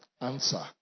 Answer